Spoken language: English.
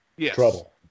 trouble